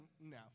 no